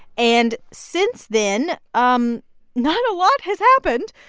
and since then, um not a lot has happened.